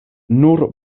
nur